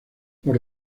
los